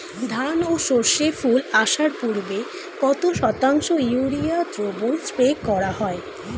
ধান ও সর্ষে ফুল আসার পূর্বে কত শতাংশ ইউরিয়া দ্রবণ স্প্রে করা হয়?